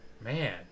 Man